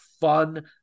fun